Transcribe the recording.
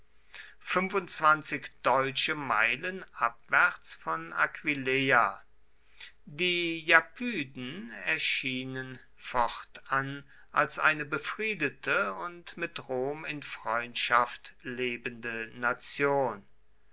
deutsche meilen abwärts von aquileia die japyden erscheinen fortan als eine befriedete und mit rom in freundschaft lebende nation